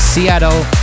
Seattle